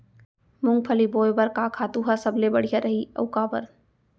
मूंगफली बोए बर का खातू ह सबले बढ़िया रही, अऊ काबर?